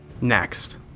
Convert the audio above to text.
Next